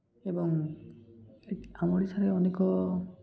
ଏବଂ ଆମ ଓଡ଼ିଶାରେ ଅନେକ